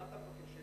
מה אתה מבקש?